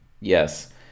yes